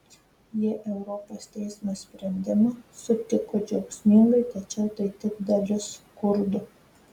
jie europos teismo sprendimą sutiko džiaugsmingai tačiau tai tik dalis kurdų